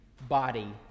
body